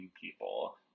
people